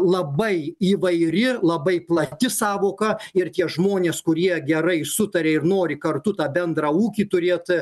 labai įvairi labai plati sąvoka ir tie žmonės kurie gerai sutarė ir nori kartu tą bendrą ūkį turėt